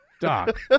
doc